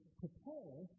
prepare